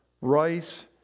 rice